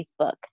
Facebook